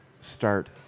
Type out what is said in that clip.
start